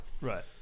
right